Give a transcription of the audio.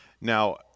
Now